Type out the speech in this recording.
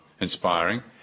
inspiring